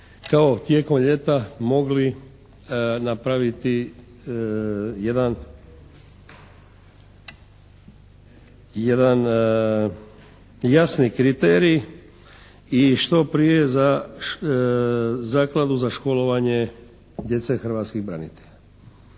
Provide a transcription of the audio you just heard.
kao tijekom ljeta mogli napraviti jedan jasni kriterij i što prije za Zakladu za školovanje djece hrvatskih branitelja.